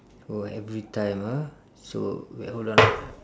oh every time ah so wait hold on ah